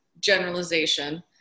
generalization